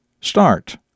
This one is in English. start